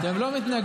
אתם לא מתנגדים.